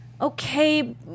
Okay